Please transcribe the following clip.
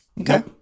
Okay